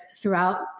throughout